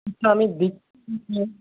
আচ্ছা আমি